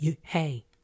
Hey